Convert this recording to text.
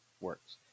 works